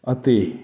ਅਤੇ